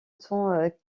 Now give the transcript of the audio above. temps